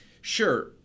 sure